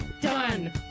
Done